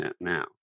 now